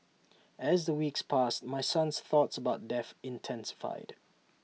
as the weeks passed my son's thoughts about death intensified